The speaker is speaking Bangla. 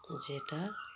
যেটা